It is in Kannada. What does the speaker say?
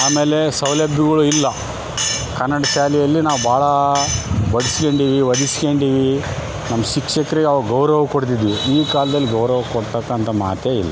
ಆಮೇಲೆ ಸೌಲಭ್ಯಗಳು ಇಲ್ಲ ಕನ್ನಡ ಶಾಲೆಯಲ್ಲಿ ನಾವು ಭಾಳ ಹೊಡೆಸ್ಕೊಂಡೀವಿ ಒದೆಸ್ಕೊಂಡೀವಿ ನಮ್ಮ ಶಿಕ್ಷಕರಿಗೆ ಆವಾಗ ಗೌರವ ಕೊಡ್ತಿದ್ವಿ ಈ ಕಾಲ್ದಲ್ಲಿ ಗೌರವ ಕೊಡ್ತಕ್ಕಂಥ ಮಾತೇ ಇಲ್ಲ